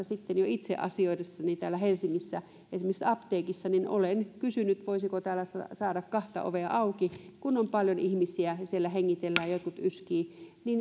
sitten jo itse asioidessani täällä helsingissä esimerkiksi apteekissa niin olen kysynyt voisiko saada kahta ovea auki kun on paljon ihmisiä ja siellä hengitellään jotkut yskivät niin